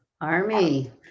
Army